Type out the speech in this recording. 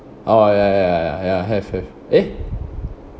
oh ya ya ya ya ya have have eh